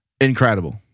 Incredible